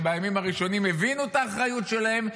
שבימים הראשונים הבינו את האחריות שלהם,